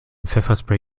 pfefferspray